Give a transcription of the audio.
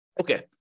Okay